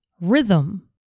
rhythm